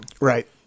right